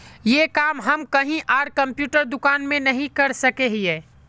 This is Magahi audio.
ये काम हम कहीं आर कंप्यूटर दुकान में नहीं कर सके हीये?